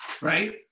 right